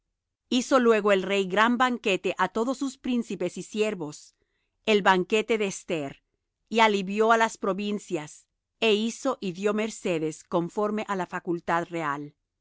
hizo luego el rey gran banquete á todos sus príncipes y siervos el banquete de esther y alivió á las provincias é hizo y dió mercedes conforme á la